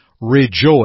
rejoice